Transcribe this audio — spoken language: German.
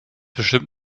bestimmt